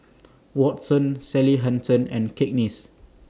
Watsons Sally Hansen and Cakenis